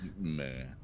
man